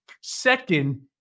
Second